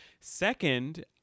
Second